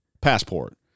passport